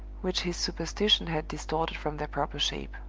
which his superstition had distorted from their proper shape.